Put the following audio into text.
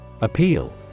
Appeal